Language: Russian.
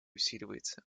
усиливается